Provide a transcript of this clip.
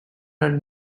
are